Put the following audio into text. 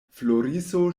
floriso